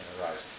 arise